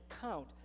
count